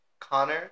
Connor